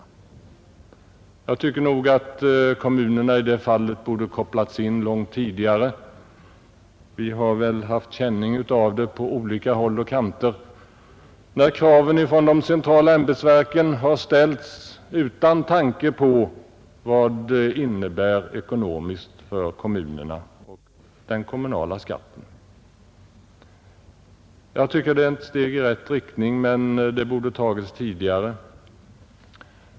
Men i det fallet borde nog kommunerna ha kopplats in långt tidigare. Vi har väl haft känning av detta på olika håll och kanter när kraven från de centrala ämbetsverken har ställts utan tanke på vad de innebär ekonomiskt för kommunerna och därmed för den kommunala skatten. Det är alltså ett steg i rätt riktning, men det borde ha tagits tidigare.